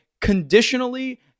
conditionally